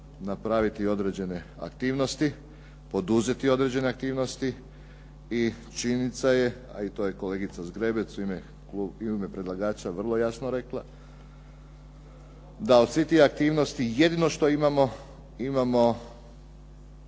napraviti određene aktivnosti, poduzeti određene aktivnosti. I činjenica je, a i to je kolegica Zgrebec u ime predlagača vrlo jasno rekla, da od svih tih aktivnosti jednino što imamo, imamo